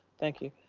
thank you.